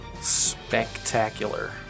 Spectacular